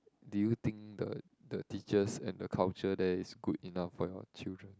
do you think the the teachers and the culture there is good enough for your children